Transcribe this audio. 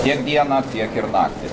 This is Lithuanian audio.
tiek dieną tiek ir naktį